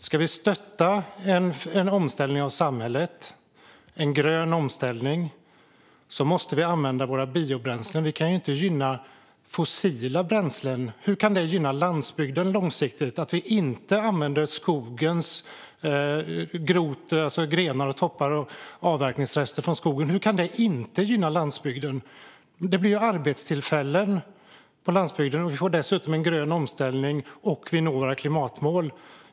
Ska vi stötta en grön omställning av samhället måste vi använda våra biobränslen. Vi kan inte gynna fossila bränslen. Hur kan det gynna landsbygden långsiktigt att vi inte använder grenar, toppar och avverkningsrester från skogen? Hur kan det inte gynna landsbygden att vi gör det? Det blir ju arbetstillfällen på landsbygden, och vi får dessutom en grön omställning och når våra klimatmål.